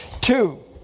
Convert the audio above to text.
Two